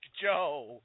Joe